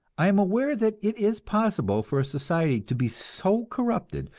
i am aware that it is possible for a society to be so corrupted,